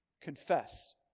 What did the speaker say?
Confess